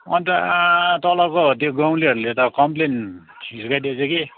अनि त तलको त्यो गाउँलेहरूले त कम्प्लेन हिर्काइदिएछ कि